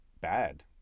bad